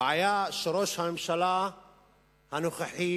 הבעיה שראש הממשלה הנוכחי